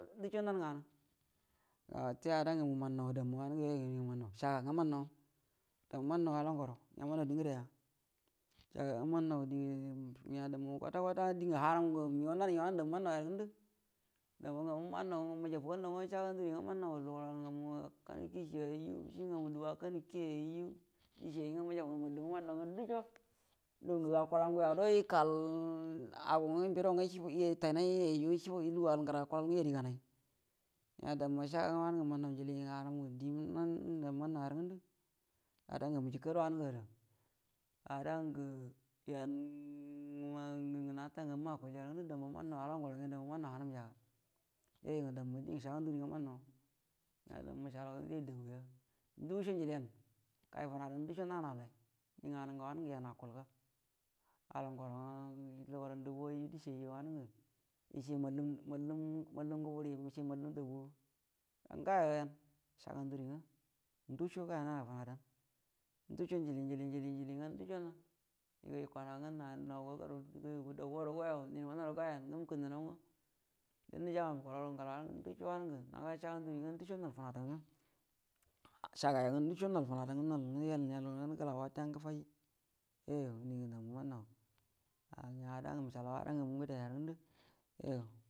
Ndusho nau nganu ga wute ada ngama ngə mannau d amma wanango yayu ngə dingə nannau shaga ben mnnau damma mannau da nguro nga mannau di ngədeya shago nga mannau di nya kwata kwata dingə hanun ngə mingau wan ngen wanungə dan mawa yarə ngundu damma ngamma wannau shaga ben mujobali nan nga mannuu luguran ngamu aka ngun dishi yaju lugurau yawu dubu akauyu kii yanju dishi yanju nufe gənau mullumai nga mannau nga ndusha lungu akula nguyado ikal agə nga bido nga itaihai yaiju ishuba lugal ngərə akulal nga yan ganai nga damma shaga nga mannau di hanun njili nga manunyarə ngundo ada yau ma ngə nafa ngamma akulya ngunsu damma mannau itla nguəro nga damma mannau hanunjaga yoyu ngə damma dingə shaga nduri nga hannauba nga damma mushalau di duba ya nasho njilian gai funadou ndu sho nanabidi nganu ngə wanungə yaa akulga ala nguroa luguran dubu maiju dishi gai jo wanungə izhe mallum mallum nga wuli ishe mallum ngagoya ndasho gagau nana fundan ndushe ajili njili njili nga igai kwama nga nago guru gayagu grango yara gajadan mingo guru gagau dində kulau ra ngalarə wanungə naga shaga nduri nga ndusho mal funadan nga shagago nga ndusho nol funa dau nga gol nga yol gəlanau fatiga nga gufəji yoyu ngə dingə danma manaau aya dan ngamu nashalau aɗa nganu ngədegaru ngandu yoyu.